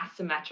asymmetric